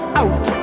out